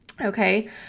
Okay